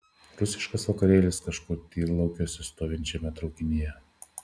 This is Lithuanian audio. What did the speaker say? rusiškas vakarėlis kažkur tyrlaukiuose stovinčiame traukinyje